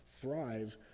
thrive